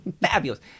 fabulous